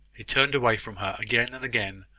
he turned away from her, again and again,